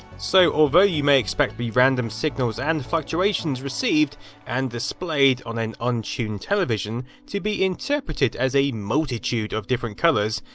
so although you may expect the random signals and fluctuations received and displayed on an untuned television to be interpreted as a multitude of different colours,